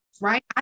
Right